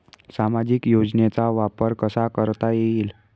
सामाजिक योजनेचा वापर कसा करता येईल?